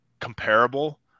comparable